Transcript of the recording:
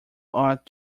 ought